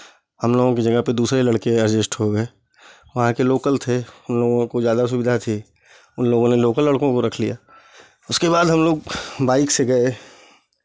हमलोगों के जगह पे दूसरे लड़के एडजस्ट हो गए वहाँ के लोकल थे उनलोगों को ज़्यादा सुविधा थी उनलोगों ने लोकल लड़कों को रख लिया उसके बाद हमलोग बाइक से गए